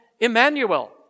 Emmanuel